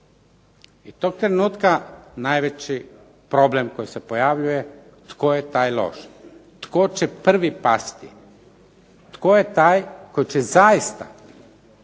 I tog trenutka najveći problem koji se pojavljuje je tko je taj loš, tko će prvi pasti. Tko je taj koji će zaista zaustaviti